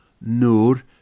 Nur